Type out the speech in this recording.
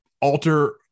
alter